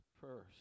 first